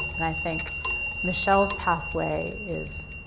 and i think michelle's pathway is